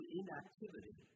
inactivity